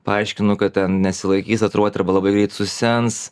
paaiškinu kad ten nesilaikys tatiuruotė arba labai greit susens